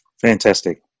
Fantastic